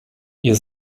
ihr